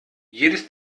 jedes